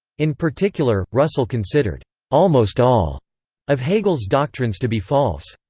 in particular, russell considered almost all of hegel's doctrines to be false.